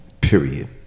Period